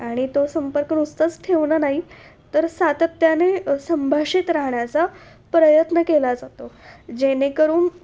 आणि तो संपर्क नुसताच ठेवणं नाही तर सातत्याने संभाषित राहण्याचा प्रयत्न केला जातो जेणेकरून